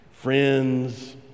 friends